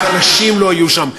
רק אנשים לא יהיו שם,